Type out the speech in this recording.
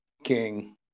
King